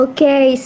Okay